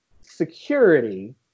security